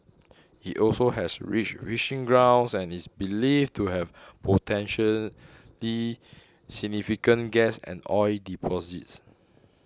it also has rich grounds and is believed to have potentially significant gas and oil deposits